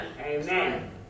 Amen